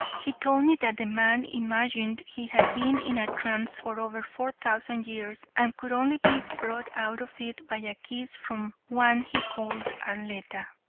he told me that the man imagined he had been in a trance for over four thousand years, and could only be brought out of it by a kiss from one he called arletta.